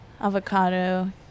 avocado